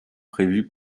prévues